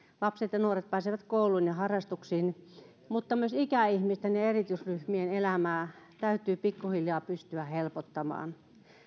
lapset ja nuoret pääsevät kouluun ja harrastuksiin mutta myös ikäihmisten ja ja erityisryhmien elämää täytyy pikkuhiljaa pystyä helpottamaan